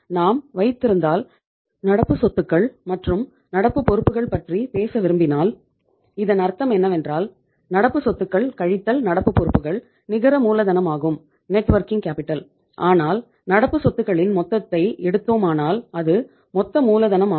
நாம் வைத்திருந்தால் நடப்பு சொத்துக்கள் மற்றும் நடப்பு பொறுப்புகள் பற்றி பேச விரும்பினால் இதன் அர்த்தம் என்னவென்றால் நடப்பு சொத்துக்கள் கழித்தல் நடப்பு பொறுப்புகள் நிகர மூலதனமாகும்